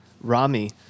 Rami